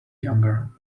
younger